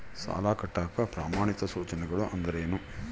ಸಾಲ ಕಟ್ಟಾಕ ಪ್ರಮಾಣಿತ ಸೂಚನೆಗಳು ಅಂದರೇನು?